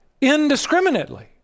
indiscriminately